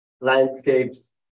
landscapes